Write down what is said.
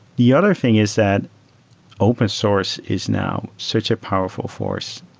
the other thing is that open source is now such a powerful force.